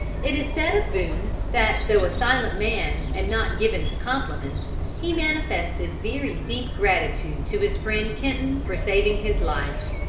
it is said of boone, that though a silent man and not given to compliments, he manifested very deep gratitude to his friend kenton for saving his life.